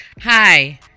Hi